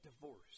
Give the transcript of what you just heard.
divorce